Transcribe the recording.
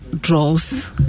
draws